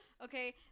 Okay